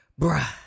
Bruh